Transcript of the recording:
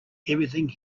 everything